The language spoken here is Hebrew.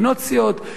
לקנות סיעות,